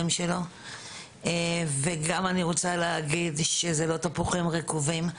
שלו וגם אני רוצה להגיד שזה לא תפוחים רקובים,